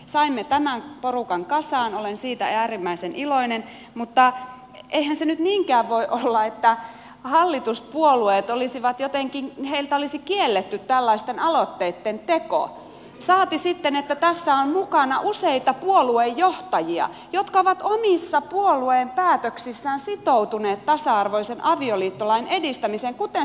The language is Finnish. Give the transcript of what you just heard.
saimme tämän porukan kasaan olen siitä äärimmäisen iloinen mutta eihän se nyt niinkään voi olla että hallituspuolueilta olisi jotenkin kielletty tällaisten aloitteitten teko saati sitten kun tässä on mukana useita puoluejohtajia jotka ovat omissa puolueen päätöksissään sitoutuneet tasa arvoisen avioliittolain edistämiseen kuten sosialidemokraatit